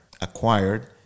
acquired